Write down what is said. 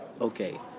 okay